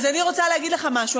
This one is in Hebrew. אז אני רוצה להגיד לך משהו,